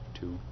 two